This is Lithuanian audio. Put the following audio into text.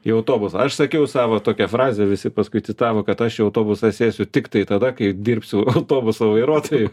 į autobusą aš sakiau savo tokią frazę visi paskui citavo kad aš į autobusą sėsiu tiktai tada kai dirbsiu autobuso vairuotoju